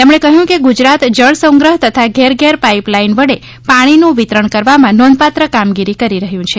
તેમણે કહ્યું કે ગુજરાત જળસંગ્રહ તથા ઘેર ઘેર પાઇપલાઇન વડે પાણીનું વિતરણ કરવામાં નોંધપાત્ર કામગીરી કરી રહ્યું છે